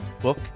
book